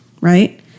right